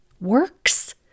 works